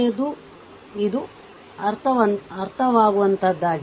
ಆದ್ದರಿಂದ ಇದು ಅರ್ಥವಾಗುವಂತಹದ್ದಾಗಿದೆ